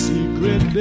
Secret